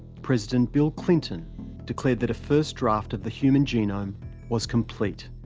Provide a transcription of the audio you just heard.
president bill clinton declared that a first draft of the human genome was complete